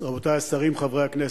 רבותי השרים, חברי הכנסת,